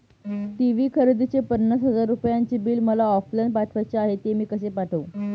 TV खरेदीचे पन्नास हजार रुपयांचे बिल मला ऑफलाईन पाठवायचे आहे, ते मी कसे पाठवू?